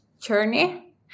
journey